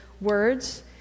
words